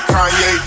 Kanye